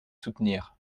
soutenir